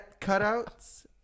cutouts